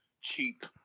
cheap